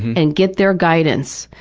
and get their guidance.